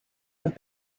have